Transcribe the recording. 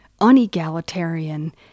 unegalitarian